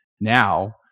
Now